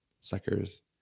Suckers